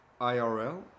IRL